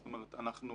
זאת אומרת, אנחנו